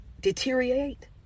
deteriorate